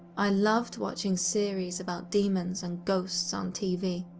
i loved watching series about demons and ghosts on tv,